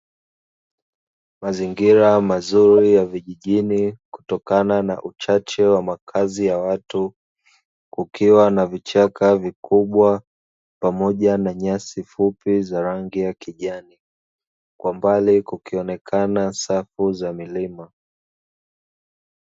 Mazingira mazuri ya vijijini kutokana na uchache wa makazi ya watu, kukiwa na vichaka vikubwa, pamoja na nyasi fupi za rangi ya kijani. Kwa mbali kukionekana safu za milima.